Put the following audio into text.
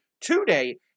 today